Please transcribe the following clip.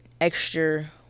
extra